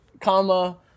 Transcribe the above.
comma